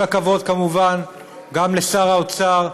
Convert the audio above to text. וכל הכבוד כמובן גם לשר האוצר,